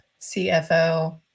cfo